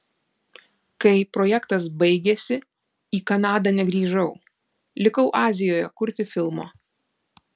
kai projektas baigėsi į kanadą negrįžau likau azijoje kurti filmo